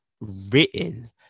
written